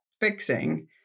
fixing